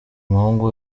muhungu